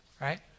right